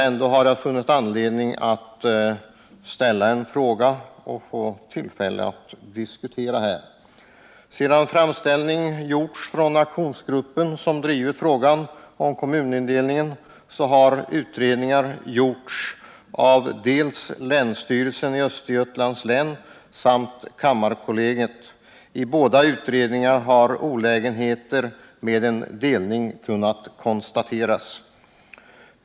Jag har ändå funnit anledning att ställa frågan och därmed få tillfälle att diskutera den. Sedan framställning gjordes av den aktionsgrupp som drivit frågan om kommunindelningen har utredningar gjorts av dels länsstyrelsen i Östergötlands län, dels kammarkollegium. I båda utredningarna har olägenheter med en delning kunnat konstateras.